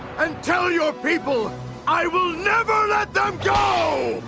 um tell your people i will never let them go.